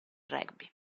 rugby